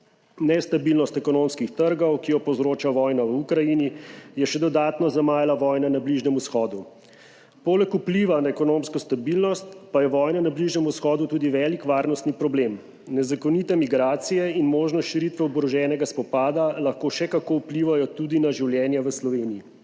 Nestabilnost ekonomskih trgov, ki jo povzroča vojna v Ukrajini, je še dodatno zamajala vojna na Bližnjem vzhodu. Poleg vpliva na ekonomsko stabilnost pa je vojna na Bližnjem vzhodu tudi velik varnostni problem. Nezakonite migracije in možnost širitve oboroženega spopada lahko še kako vplivajo tudi na življenja v Sloveniji.